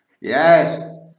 yes